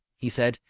he said,